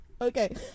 Okay